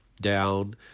down